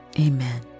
amen